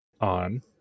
on